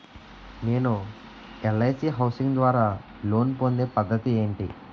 నేను LIC housing ద్వారా loan పొందే పద్ధతి ఏంటి?